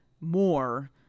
more